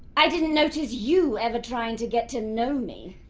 i didn't notice you ever trying to get to know me.